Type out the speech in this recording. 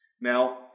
Now